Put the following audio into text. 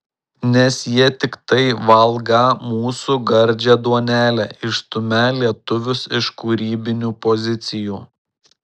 nes jie tiktai valgą mūsų gardžią duonelę išstumią lietuvius iš kūrybinių pozicijų